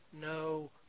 no